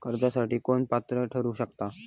कर्जासाठी कोण पात्र ठरु शकता?